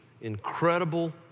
incredible